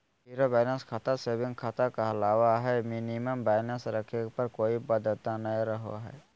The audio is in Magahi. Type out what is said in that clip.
जीरो बैलेंस खाता सेविंग खाता कहलावय हय मिनिमम बैलेंस रखे के कोय बाध्यता नय रहो हय